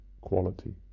quality